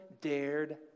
dared